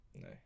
No